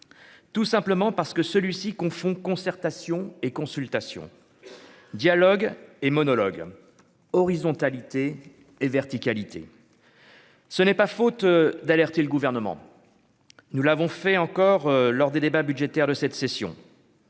tout simplement parce que celui-ci confond concertations et consultations dialogues et monologues horizontalité et verticalité. Ce n'est pas faute d'alerter le gouvernement, nous l'avons fait encore lors des débats budgétaires de cette session.